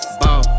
ball